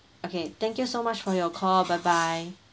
okay thank you so much for your call bye bye